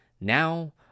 Now